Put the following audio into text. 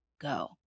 go